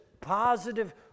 positive